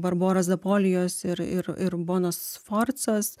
barboros zapolijos ir ir ir bonos sforcos